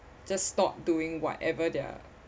just stop doing whatever they're